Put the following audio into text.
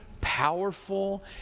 powerful